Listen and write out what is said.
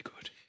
good